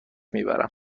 میبرم